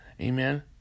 Amen